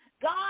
God